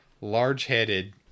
large-headed